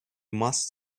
must